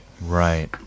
right